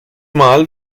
mal